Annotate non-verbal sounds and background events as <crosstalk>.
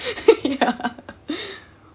<laughs> <laughs> ya